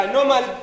Normal